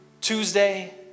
Tuesday